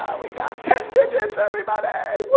we got ten digits everybody,